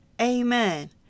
Amen